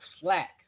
slack